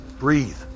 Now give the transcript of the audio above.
Breathe